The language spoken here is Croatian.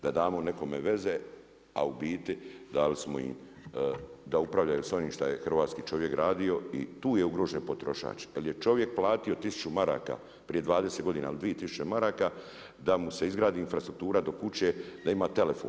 Da damo nekome veze a u biti dali smo im da upravljaju s ovim šta je hrvatski čovjek radio i tu je ugrožen potrošač, jel je čovjek platio 1000 maraka prije 20 godina, ili 2000 maraka da mu se izgradi infrastruktura do kuće, da ima telefon.